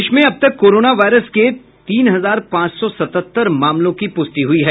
देश में अब तक कोरोना वायरस के तीन हजार पांच सौ सतहत्तर मामलों की प्रष्टि हुई है